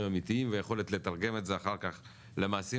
האמיתיים והיכולת לתרגם את זה אחר כך למעשים,